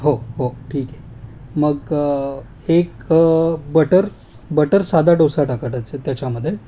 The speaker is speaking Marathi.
हो हो ठीक आहे मग एक बटर बटर साधा डोसा टाकटायचं त्याच्यामध्ये